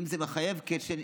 אם זה מחייב כשל,